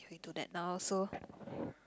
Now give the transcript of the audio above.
I do that now also